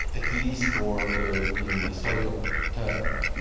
at least for in historical terms